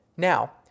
Now